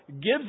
gives